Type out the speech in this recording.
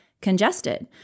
congested